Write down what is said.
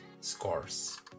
scores